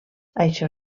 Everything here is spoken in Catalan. això